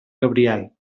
gabriel